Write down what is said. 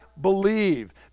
believe